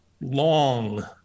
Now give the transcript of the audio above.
long